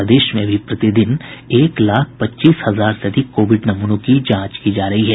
प्रदेश में अभी प्रतिदिन एक लाख पच्चीस हजार से अधिक कोविड नमूनों की जांच की जा रही है